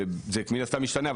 זה מן הסתם משתנה,